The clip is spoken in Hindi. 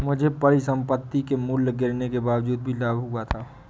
मुझे परिसंपत्ति के मूल्य गिरने के बावजूद भी लाभ हुआ था